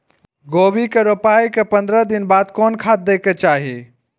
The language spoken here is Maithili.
गोभी के रोपाई के पंद्रह दिन बाद कोन खाद दे के चाही?